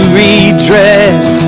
redress